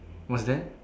what's that